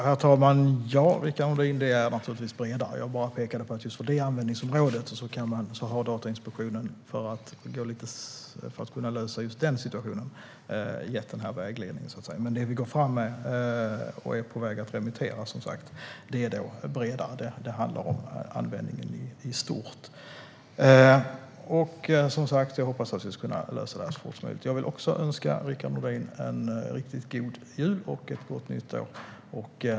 Herr talman! Det hela är naturligtvis bredare än så. Jag pekade bara på att för detta användningsområde har Datainspektionen för att kunna lösa just denna situation gett den här vägledningen. Det vi går fram med och är på väg att remittera är som sagt bredare. Det handlar om användningen i stort. Jag hoppas att vi ska kunna lösa det här så fort som möjligt. Jag önskar också Rickard Nordin en riktigt god jul och ett gott nytt år.